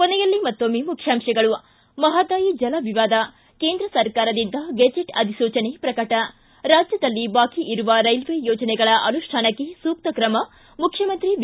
ಕೊನೆಯಲ್ಲಿ ಮತ್ತೊಮ್ಸೆ ಮುಖ್ಯಾಂಶಗಳು ಿ ಮಹದಾಯಿ ಜಲವಿವಾದ ಕೇಂದ್ರ ಸರ್ಕಾರದಿಂದ ಗೆಝೆಟ್ ಅಧಿಸೂಚನೆ ಪ್ರಕಟ ಿ ರಾಜ್ಯದಲ್ಲಿ ಬಾಕಿಯಿರುವ ರೈಲ್ವೆ ಯೋಜನೆಗಳ ಅನುಷ್ಠಾನಕ್ಕೆ ಸೂಕ್ತ ಕ್ರಮ ಮುಖ್ಯಮಂತ್ರಿ ಬಿ